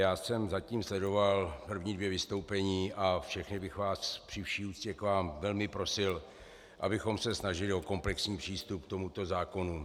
Já jsem zatím sledoval první dvě vystoupení a všechny bych vás při vší úctě k vám velmi prosil, abychom se snažili o komplexní přístup k tomuto zákonu.